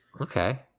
okay